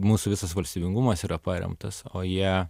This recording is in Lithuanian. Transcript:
mūsų visas valstybingumas yra paremtas o jie